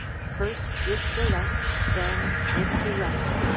first with the left, then with the right.